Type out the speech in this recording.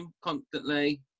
constantly